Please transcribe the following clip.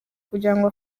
kugirango